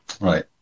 Right